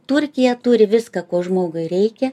turkija turi viską ko žmogui reikia